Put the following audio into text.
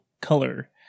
color